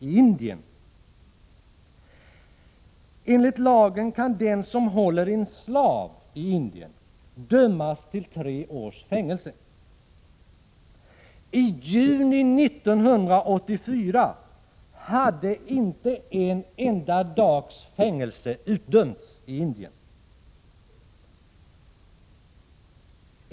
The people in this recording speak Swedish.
Enligt indisk lag kan den som håller en slav dömas till tre års fängelse. Fram till juni månad 1984 hade inte en enda dags fängelse utdömts i Indien för detta brott.